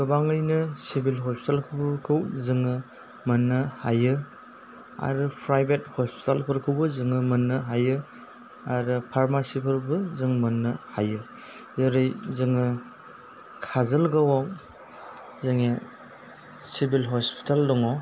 गोबाङैनो सिभिल हस्पिटालफोरखौ जोङो मोन्नो हायो आरो फ्रायबेट हस्पिटाल फोरखौबो जोङो मोन्नो हायो आरो फारमासि फोरबो जों मोन्नो हायो जेरै जोङो काजलगावआव जोंनि सिभिल हस्पिटाल दङ